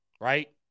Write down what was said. right